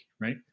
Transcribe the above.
right